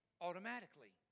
automatically